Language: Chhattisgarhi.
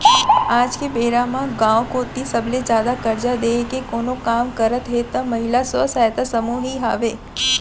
आज के बेरा म गाँव कोती सबले जादा करजा देय के कोनो काम करत हे त महिला स्व सहायता समूह ही हावय